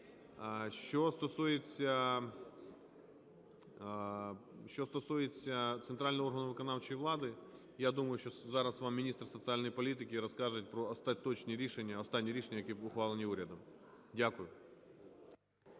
Що стосується центрального органу виконавчої влади. Я думаю, що зараз вам міністр соціальної політики розкаже про остаточні рішення, останні рішення, які були ухвалені урядом. Дякую.